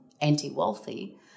anti-wealthy